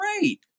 great